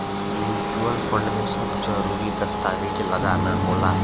mutual fund में सब जरूरी दस्तावेज लगाना होला